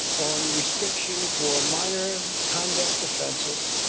on restriction for minor conduct offenses.